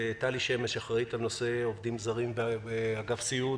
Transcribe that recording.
טלי שמש, אחראית עובדים זרים באגף סיעוד.